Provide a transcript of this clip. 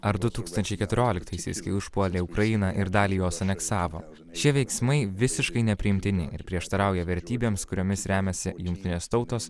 ar du tūkstančiai keturioliktaisiais kai užpuolė ukrainą ir dalį jos aneksavo šie veiksmai visiškai nepriimtini ir prieštarauja vertybėms kuriomis remiasi jungtinės tautos